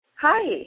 Hi